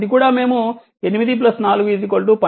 అది కూడా మేము 8 4 12 గా చేసాము